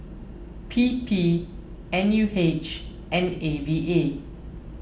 P P N U H and A V A